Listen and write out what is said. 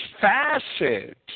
facet